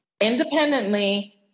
independently